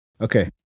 Okay